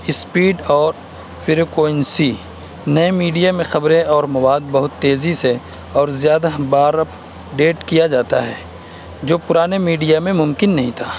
speed اور frequency نئے media میں خبریں اور مواد بہت تیزی سے اور زیادہ بار اپ ڈیٹ کیا جاتا ہے جو پرانے میڈیا میں ممکن نہیں تھا